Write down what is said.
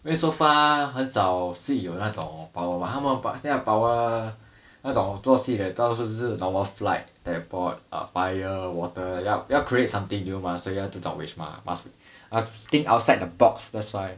因为 so far 很少是有那种 power mah 他们现在 power 那种做戏大多数的是 normal flight teleport or fire water 要要 create something new mah 所以要这种 wish mah must must think outside the box that's why